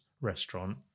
restaurant